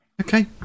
okay